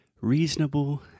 reasonable